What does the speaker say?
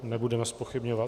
Nebudeme zpochybňovat?